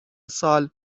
سال